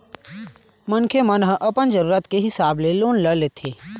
मनखे मन ह अपन जरुरत के हिसाब ले लोन ल लेथे